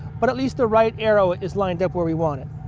but at least the right arrow is lined up where we want it.